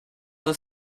the